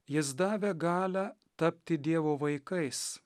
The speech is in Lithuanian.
jis davė galią tapti dievo vaikais